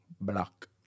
block